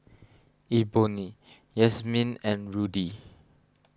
Ebony Yasmeen and Rudy